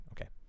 Okay